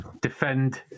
Defend